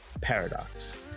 paradox